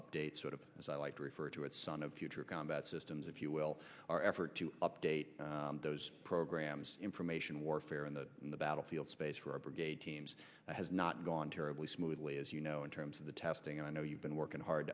update sort of as i like to refer to it son of future combat systems if you will our effort to date those programs information warfare in the in the battle field space for our brigade teams has not gone terribly smoothly as you know in terms of the testing and i know you've been working hard